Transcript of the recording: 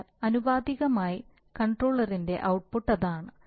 അതിനാൽ ആനുപാതികമായ കൺട്രോളറിന്റെ ഔട്ട്പുട്ട് അതാണ്